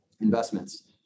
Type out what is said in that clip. investments